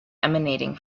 emanating